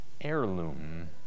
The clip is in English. heirloom